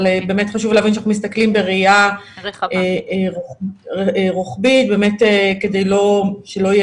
אבל באמת חשוב להבין שאנחנו מסתכלים בראייה רוחבית באמת כדי שלא איזה